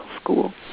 school